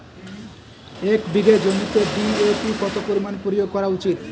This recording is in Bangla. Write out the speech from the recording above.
এক বিঘে জমিতে ডি.এ.পি কত পরিমাণ প্রয়োগ করা উচিৎ?